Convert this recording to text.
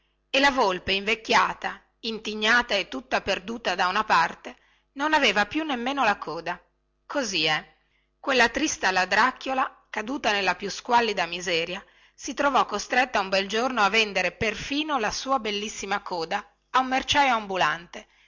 e la volpe invecchiata intignata e tutta perduta da una parte non aveva più nemmeno la coda così è quella trista ladracchiola caduta nella più squallida miseria si trovò costretta un bel giorno a vendere perfino la sua bellissima coda a un merciaio ambulante